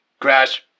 Crash